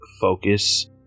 focus